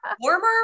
warmer